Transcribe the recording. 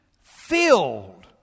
filled